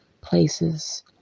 places